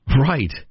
right